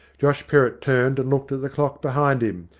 josh perrott turned and looked at the clock behind him,